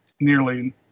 nearly